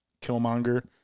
Killmonger